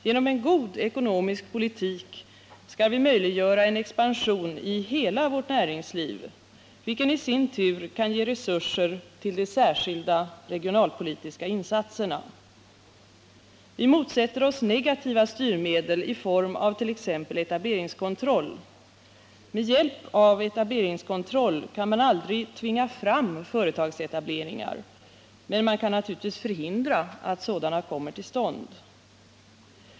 Genom en god ekonomisk politik skall vi möjliggöra en expansion i hela vårt näringsliv, vilken i sin tur kan ge resurser till de särskilda regionalpolitiska insatserna. Vi motsätter oss negativa styrmedel i form av t.ex. etableringskontroll. Med hjälp av etableringskontroll kan man aldrig tvinga fram företagsetableringar, men man kan naturligtvis förhindra att sådana kommer till stånd.